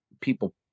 people